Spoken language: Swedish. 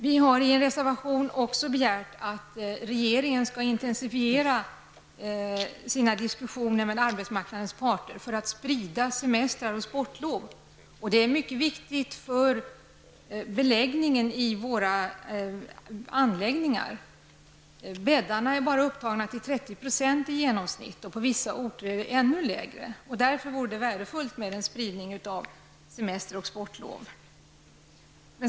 Vi har i en reservation också begärt att regeringen skall intensifiera sina diskussioner med arbetsmarknadens parter för att sprida semestrar och sportlov. Det är mycket viktigt för beläggningen på våra anläggningar. Bäddarna är i genomsnitt bara upptagna till 30 %, och på vissa orter är beläggningen ännu lägre. Det vore därför värdefullt med en spridning av semestrar och sportlov.